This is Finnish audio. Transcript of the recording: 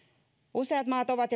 useat maat ovat